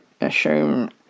assume